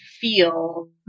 feel